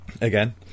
again